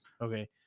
Okay